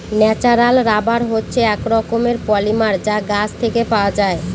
natural rubber হচ্ছে এক রকমের পলিমার যা গাছ থেকে পাওয়া যায়